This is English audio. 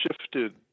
shifted